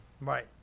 Right